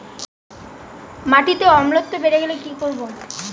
মাটিতে অম্লত্ব বেড়েগেলে কি করব?